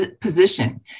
position